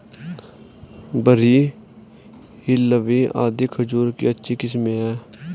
बरही, हिल्लावी आदि खजूर की अच्छी किस्मे हैं